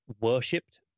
worshipped